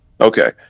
Okay